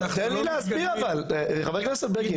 תן לי להסביר אבל, חבר הכנסת בגין.